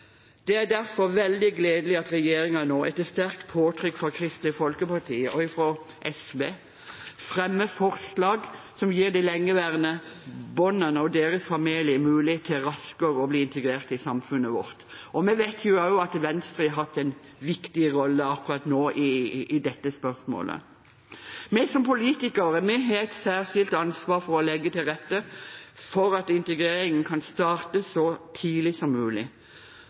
Det er derfor veldig gledelig at regjeringen nå, etter sterkt påtrykk fra Kristelig Folkeparti og SV, fremmer forslag som gir de lengeværende barna og deres familier mulighet til raskere å bli integrert i samfunnet vårt. Vi vet at også Venstre har hatt en viktig rolle akkurat nå i dette spørsmålet. Vi som politikere har et særskilt ansvar for å legge til rette for at integreringen kan starte så tidlig som mulig.